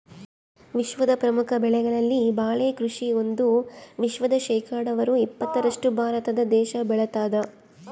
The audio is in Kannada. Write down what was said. ವಿಶ್ವದ ಪ್ರಮುಖ ಬೆಳೆಗಳಲ್ಲಿ ಬಾಳೆ ಕೃಷಿ ಒಂದು ವಿಶ್ವದ ಶೇಕಡಾವಾರು ಇಪ್ಪತ್ತರಷ್ಟು ಭಾರತ ದೇಶ ಬೆಳತಾದ